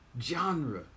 Genre